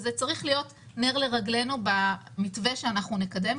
וזה צריך להיות נר לרגלינו במתווה שנקדם,